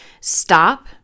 stop